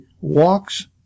walks